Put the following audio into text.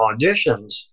auditions